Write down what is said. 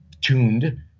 Tuned